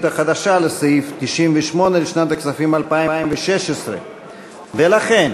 החדשה לסעיף 98 לשנת הכספים 2016. ולכן,